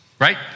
right